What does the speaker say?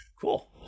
Cool